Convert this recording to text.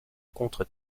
contre